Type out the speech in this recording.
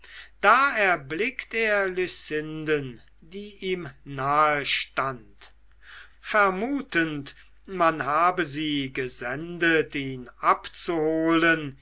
da erblickt er lucinden die ihm nahe stand vermutend man habe sie gesendet ihn abzuholen